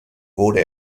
wurde